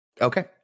Okay